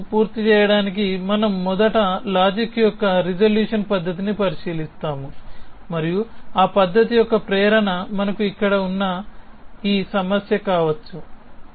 కోర్సును పూర్తి చేయడానికి మనము మొదటి లాజిక్ యొక్క రిజల్యూషన్ పద్ధతిని పరిశీలిస్తాము మరియు ఆ పద్ధతి యొక్క ప్రేరణ మనకు ఇక్కడ ఉన్న ఈ సమస్య కావచ్చు